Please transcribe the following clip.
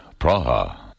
Praha